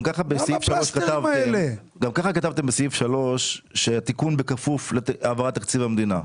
גם ככה כתבתם בסעיף 3 שהתיקון בכפוף להעברת תקציב המדינה.